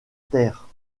terre